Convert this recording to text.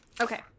Okay